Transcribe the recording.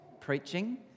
preaching